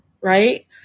right